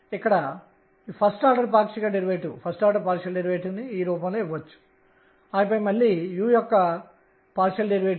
ఇది వ్యతిరేక దిశలో కూడా ఉండవచ్చు నికర కోణీయ ద్రవ్యవేగం ఇతర దిశలో ఉండవచ్చు